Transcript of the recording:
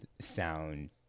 sound